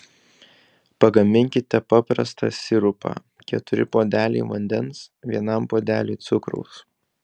pagaminkite paprastą sirupą keturi puodeliai vandens vienam puodeliui cukraus